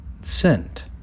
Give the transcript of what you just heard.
sent